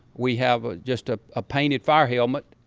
we have ah just ah a painted fire helmet.